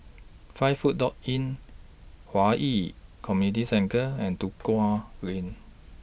five Footway Inn Hwi Yoh Community Centre and Duku Lane